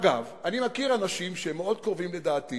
אגב, אני מכיר אנשים שהם מאוד קרובים לדעתי